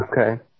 okay